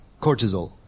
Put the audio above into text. Cortisol